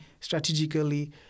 strategically